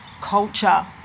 culture